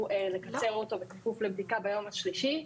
לקצר אותו בכפוף לבדיקה ביום השלישי.